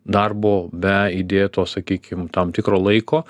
darbo be įdėto sakykim tam tikro laiko